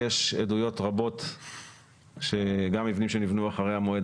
יש עדויות רבות שגם מבנים שנבנו אחרי המועד